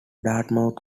dartmouth